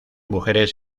mujeres